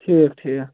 ٹھیٖک ٹھیٖک